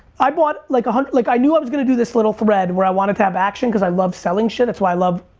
i bought like a hundred, like i knew i was gonna do this little thread where i wanted to have action cause i love selling shit. that's why i love,